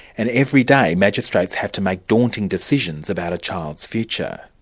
and every day magistrates have to make daunting decisions about a child's future.